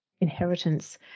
inheritance